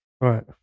Right